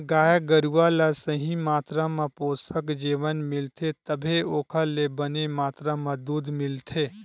गाय गरूवा ल सही मातरा म पोसक जेवन मिलथे तभे ओखर ले बने मातरा म दूद मिलथे